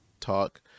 talk